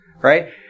right